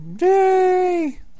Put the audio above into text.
Yay